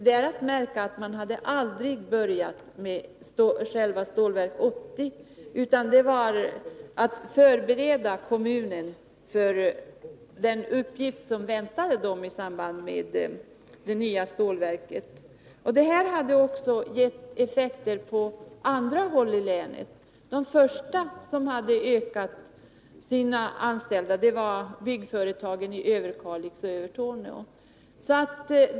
Det är att märka att man aldrig hade börjat med själva Stålverk 80, utan det var fråga om att förbereda kommunen för den uppgift som väntade i samband med det nya stålverket. Det här hade också gett effekter på andra håll i länet. De första som hade ökat antalet anställda var byggföretagen i Överkalix och Övertorneå.